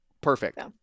Perfect